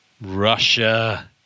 Russia